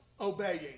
obeying